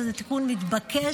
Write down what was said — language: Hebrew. וזה תיקון מתבקש,